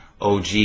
OG